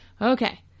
Okay